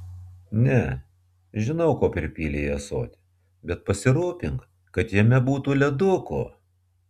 ne žinau ko pripylei į ąsotį bet pasirūpink kad jame būtų ledukų